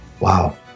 wow